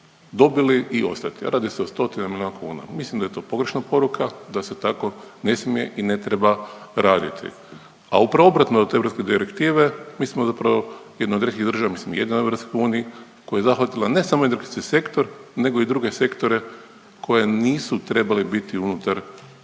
dobili i ostati, a radi se o stotina milijuna kuna. Mislim da je to pogrešna poruka, da se tako ne smije i ne treba raditi, a u pravo obratno od te europske direktive mi smo zapravo jedno od rijetkih država, mislim jedina u EU koju je zahvatilo ne samo energetski sektor nego i druge sektore koji nisu trebali biti unutar